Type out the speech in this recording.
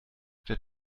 wer